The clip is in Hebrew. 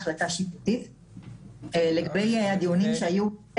ההחלה פה היא בשינויים מחויבים,